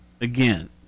again